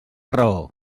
raó